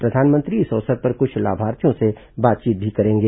प्रधानमंत्री इस अवसर पर कुछ लाभार्थियों से बातचीत भी करेंगे